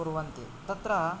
कुर्वन्ति तत्र